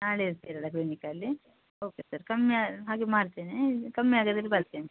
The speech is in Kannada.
ನಾಳೆ ಇರ್ತೀರಲ್ಲ ಕ್ಲಿನಿಕಲ್ಲಿ ಓಕೆ ಸರ್ ಕಮ್ಮಿ ಅದು ಹಾಗೇ ಮಾಡ್ತೇನೆ ಕಮ್ಮಿಆಗದಿರೆ ಬರ್ತೇನೆ